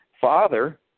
father